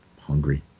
Hungry